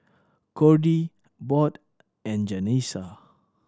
Cordie Bode and Janessa